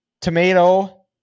tomato